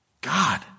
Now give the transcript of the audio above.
God